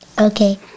Okay